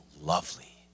lovely